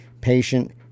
patient